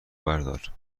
بردار